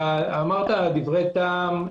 אמרת דברי טעם.